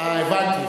אה, הבנתי.